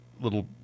little